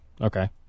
okay